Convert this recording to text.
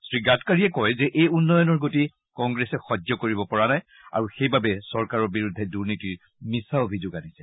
শ্ৰীগাডকাৰীয়ে কয় যে এই উন্নয়নৰ গতি কংগ্ৰেছে সহ্য কৰিব পৰা নাই আৰু সেইবাবে চৰকাৰৰৰ বিৰুদ্ধে দুৰ্নীতিৰ মিছা অভিযোগ আনিছে